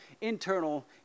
internal